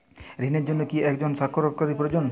ঋণের জন্য কি একজন স্বাক্ষরকারী প্রয়োজন?